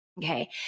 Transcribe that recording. Okay